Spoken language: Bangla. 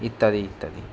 ইত্যাদি ইত্যাদি